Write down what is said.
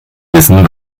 wissen